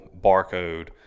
barcode